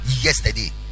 yesterday